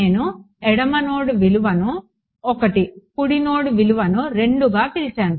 నేను ఎడమ నోడ్ విలువను 1 కుడి నోడ్ విలువను 2గా పిలిచాను